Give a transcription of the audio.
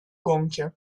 гонке